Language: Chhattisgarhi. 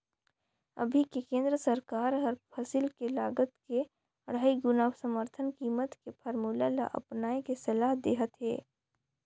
अभी के केन्द्र सरकार हर फसिल के लागत के अढ़ाई गुना समरथन कीमत के फारमुला ल अपनाए के सलाह देहत हे